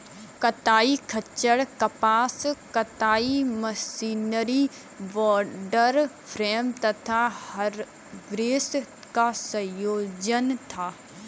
कताई खच्चर कपास कताई मशीनरी वॉटर फ्रेम तथा हरग्रीव्स का संयोजन था